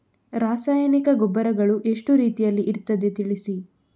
ರಾಸಾಯನಿಕ ಗೊಬ್ಬರಗಳು ಎಷ್ಟು ರೀತಿಯಲ್ಲಿ ಇರ್ತದೆ ತಿಳಿಸಿ?